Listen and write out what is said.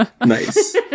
nice